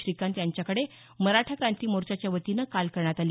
श्रीकांत यांच्याकडे मराठा क्रांती मोर्चाच्या वतीनं काल करण्यात आली